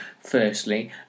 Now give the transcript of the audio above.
firstly